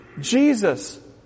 Jesus